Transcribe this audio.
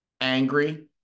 angry